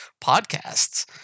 podcasts